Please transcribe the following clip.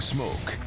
Smoke